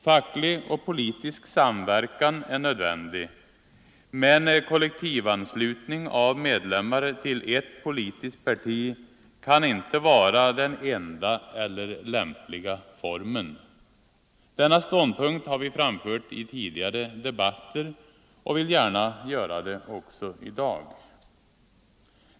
Facklig och politisk samverkan är nödvändig, men kollektivanslutning av medlemmar till ett politiskt parti kan inte vara den enda eller lämpliga formen. Denna ståndpunkt har vi framfört vid tidigare debatter och vill gärna göra det också i dag.